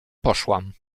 poszłam